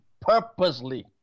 purposely